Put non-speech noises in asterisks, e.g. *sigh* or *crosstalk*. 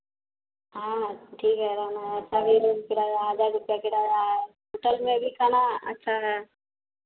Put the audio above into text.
हाँ ठीक है रहना है *unintelligible* किराया है हज़ार रुपैया किराया है होटल में भी खाना अच्छा है